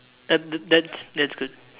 uh that's that's good